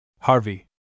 Harvey